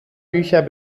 bücher